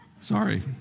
Sorry